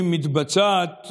היא מתבצעת,